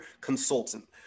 consultant